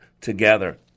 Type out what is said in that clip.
together